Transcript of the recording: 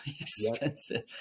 expensive